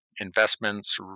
investments